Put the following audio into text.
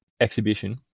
exhibition